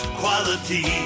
quality